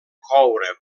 coure